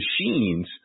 machines